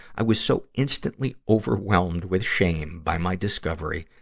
i was so instantly overwhelmed with shame by my discovery,